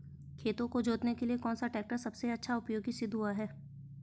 खेतों को जोतने के लिए कौन सा टैक्टर सबसे अच्छा उपयोगी सिद्ध हुआ है?